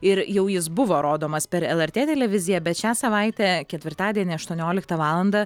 ir jau jis buvo rodomas per lrt televiziją bet šią savaitę ketvirtadienį aštuonioliktą valandą